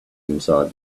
inside